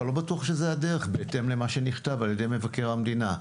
ואני לא בטוח שזו הדרך בהתאם למה שנכתב על-ידי מבקר המדינה.